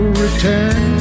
return